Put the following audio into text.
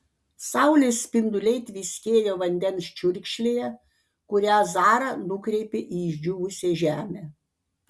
saulės spinduliai tviskėjo vandens čiurkšlėje kurią zara nukreipė į išdžiūvusią žemę